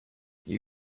you